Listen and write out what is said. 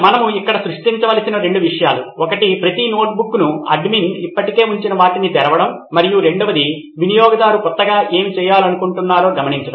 మనము ఇక్కడ సృష్టించవలసిన రెండు విషయాలు ఒకటి ప్రతి నోట్బుక్ను అడ్మిన్ ఇప్పటికే ఉంచిన వాటిని తెరవడం మరియు రెండవది వినియోగదారు కొత్తగా ఏమి చేయాలనుకుంటున్నారో గమనించడం